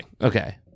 Okay